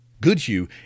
Goodhue